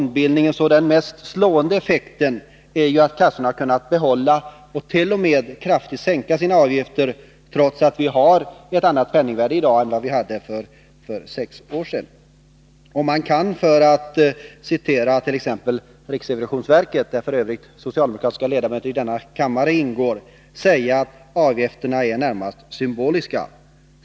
Den mest slående effekten är att kassorna kunnat behålla och t.o.m. kraftigt sänka sina avgifter, trots att vi har ett annat penningvärde i dag än för sex år sedan. Man kan för att citera t.ex. riksrevisionsverket — där f. ö. socialdemokratiska ledamöter i denna kammare ingår — säga att avgifterna är mest symboliska.